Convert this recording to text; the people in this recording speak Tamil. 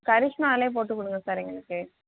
கரிஷ்மாலே போட்டு கொடுங்க சார் எங்களுக்கு